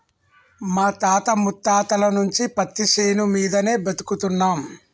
మా తాత ముత్తాతల నుంచి పత్తిశేను మీదనే బతుకుతున్నం